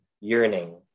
yearning